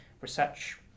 research